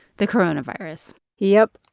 the coronavirus yep.